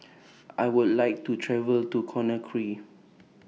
I Would like to travel to Conakry